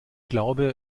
glaube